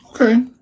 Okay